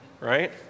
right